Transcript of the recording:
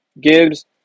Gibbs